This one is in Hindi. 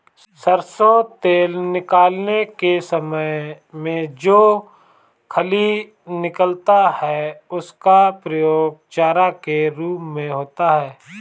सरसों तेल निकालने के समय में जो खली निकलता है उसका प्रयोग चारा के रूप में होता है